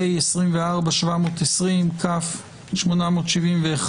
פ/720/23 כ/871,